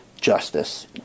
justice